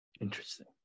Interesting